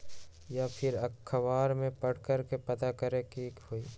या फिर अखबार में पढ़कर के पता करे के होई?